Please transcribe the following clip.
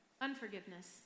Unforgiveness